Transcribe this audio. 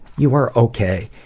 you are okay.